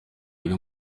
biri